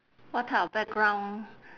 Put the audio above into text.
what type of background